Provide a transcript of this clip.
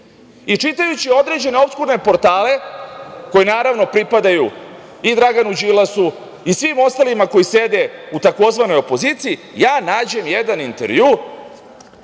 određene opskurne portale, koji naravno pripadaju i Draganu Đilasu i svim ostalima koji sede u tzv. opoziciji, ja nađem jedan intervju